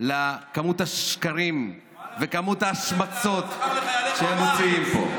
לכמות השקרים וכמות ההשמצות שהם מוציאים פה.